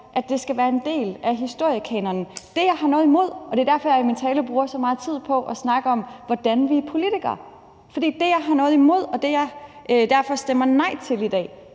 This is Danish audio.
at det skal være en del af historiekanonen. Det, jeg har noget imod – og det er derfor, jeg i min tale bruger så meget tid på at snakke om, hvordan vi er politikere – og det, jeg derfor stemmer nej til i dag,